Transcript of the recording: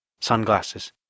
Sunglasses